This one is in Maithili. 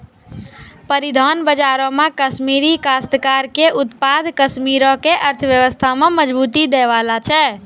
परिधान बजारो मे कश्मीरी काश्तकार के उत्पाद कश्मीरो के अर्थव्यवस्था में मजबूती दै बाला छै